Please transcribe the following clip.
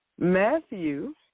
Matthew